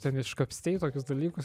ten iškapstei tokius dalykus